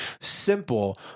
simple